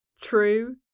True